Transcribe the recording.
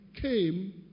came